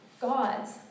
gods